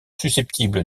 susceptibles